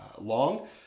long